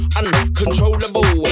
uncontrollable